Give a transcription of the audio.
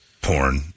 porn